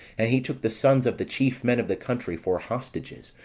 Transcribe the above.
and he took the sons of the chief men of the country for hostages,